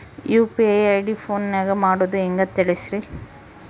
UPI ID ಫೋನಿನಾಗ ಮಾಡೋದು ಹೆಂಗ ತಿಳಿಸ್ರಿ?